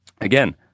again